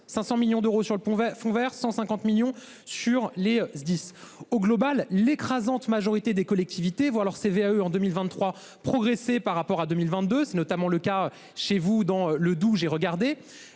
500 millions d'euros sur le pont va font verse 150 millions sur les SDIS. Au global, l'écrasante majorité des collectivités voir leur CVAE en 2023 progressé par rapport à 2022. C'est notamment le cas chez vous dans le Doubs. J'ai regardé